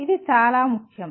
ఇది చాలా ముఖ్యం